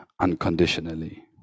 unconditionally